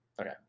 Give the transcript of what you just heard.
Okay